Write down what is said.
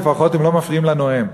לפחות הם לא מפריעים לנואם.